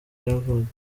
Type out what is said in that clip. yavutse